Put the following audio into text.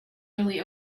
really